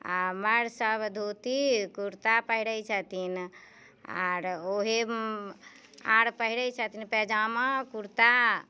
आ मर्द सब धोती कुरता पहिरै छथिन आर ओहि आर पहिरै छथिन पैजामा कुरता